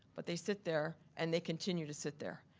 but they sit there, and they continue to sit there.